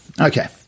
Okay